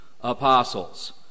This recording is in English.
apostles